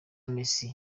messi